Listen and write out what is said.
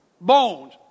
bones